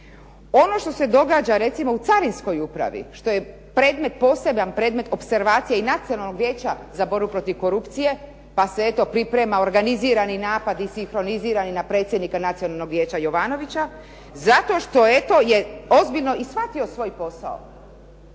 Ono što se događa recimo u carinskoj upravi, što je predmet, poseban predmet opservacije i Nacionalnog vijeća za borbu protiv korupcije, pa se eto priprema organizirani napad i sinkronizirani na predsjednika nacionalnog vijeća Jovanovića zato što eto je ozbiljno i shvatio svoj posao.